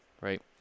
right